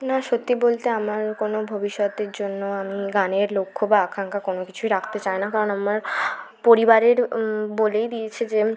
না সত্যি বলতে আমার কোনো ভবিষ্যতের জন্য আমি গানের লক্ষ্য বা আকাঙ্ক্ষা কোনো কিছুই রাখতে চাই না কারণ আমার পরিবারের বলেই দিয়েছে যে